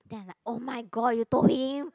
then I like oh-my-god you told him